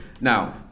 Now